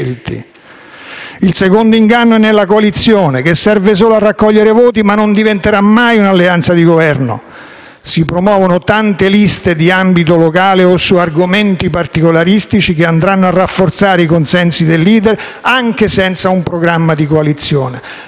Il secondo inganno è nella coalizione, che serve solo a raccogliere voti ma non diventerà mai un'alleanza di Governo. Si promuovono tante liste di ambito locale o di argomenti particolaristici che andranno a rafforzare i consensi del *leader*, anche senza una proposta programmatica di coalizione.